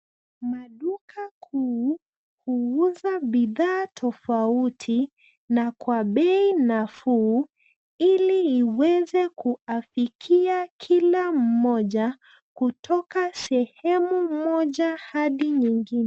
Maduka kuu huuza bidhaa tofauti na kwa bei nafuu ili iweze kuafikia kila mmoja kutoka sehemu moja hadi nyingine.